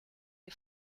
des